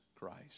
Christ